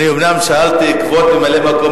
אומנם שאלתי פעמיים את כבוד ממלא-מקום